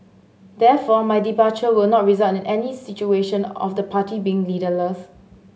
therefore my departure will not result in any situation of the party being leaderless